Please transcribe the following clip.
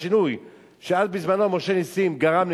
השינוי שאז בזמנו משה נסים גרם,